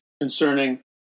concerning